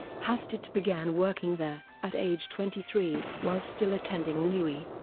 hastert began working there, at age twenty three, while still attending niu.